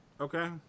Okay